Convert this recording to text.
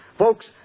Folks